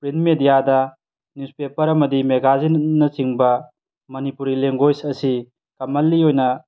print ꯃꯦꯗꯤꯌꯥꯗ news paper ꯑꯃꯗꯤ ꯃꯦꯒꯥꯖꯤꯟꯅ ꯆꯤꯡꯕ ꯃꯅꯤꯄꯨꯔꯤ ꯂꯦꯡꯒꯣꯋꯦꯖ ꯑꯁꯤ ꯀꯃꯟꯂꯤ ꯑꯣꯏꯅ